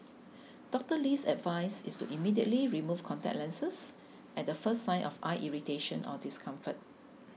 Doctor Lee's advice is to immediately remove contact lenses at the first sign of eye irritation or discomfort